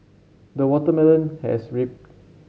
the watermelon has rip